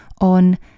on